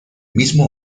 mismo